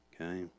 Okay